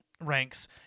ranks